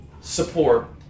support